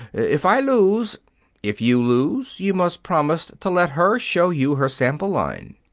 if i lose if you lose, you must promise to let her show you her sample line.